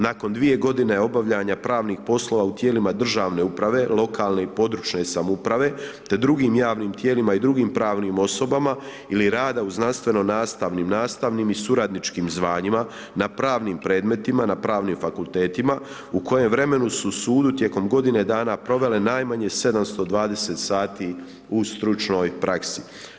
Nakon 2 godine obavljanja pravnih poslova u tijelima državne uprave, lokalne i područne samouprave te drugim javnim tijelima i drugim pravnim osobama ili rada u znanstveno-nastavnim, nastavnim i suradničkim zvanjima na pravnim predmetima na pravnim fakultetima u kojem vremenu u sudu tijekom godine dana provele najmanje 720 sati u stručnoj praksi.